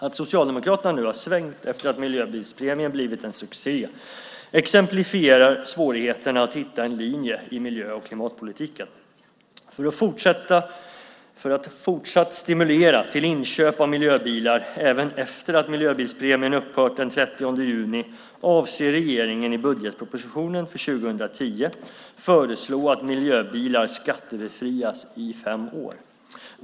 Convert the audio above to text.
Att Socialdemokraterna nu har svängt efter det att miljöbilspremien har blivit en succé exemplifierar svårigheterna att hitta en linje i miljö och klimatpolitiken. För att fortsatt stimulera till inköp av miljöbilar även efter det att miljöbilspremien har upphört den 30 juni avser regeringen att i budgetpropositionen för 2010 föreslå att miljöbilar skattebefrias i fem år.